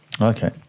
Okay